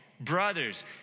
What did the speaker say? brothers